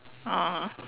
oh